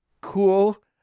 cool